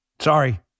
Sorry